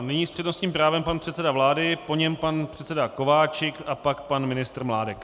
Nyní s přednostním právem pan předseda vlády, po něm pan předseda Kováčik a pak pan ministr Mládek.